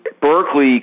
Berkeley